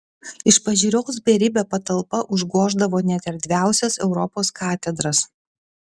iš pažiūros beribė patalpa užgoždavo net erdviausias europos katedras